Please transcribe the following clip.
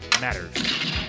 matters